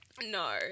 No